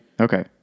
okay